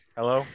Hello